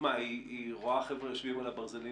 היא רואה חבר'ה יושבים על הברזלים